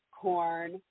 Corn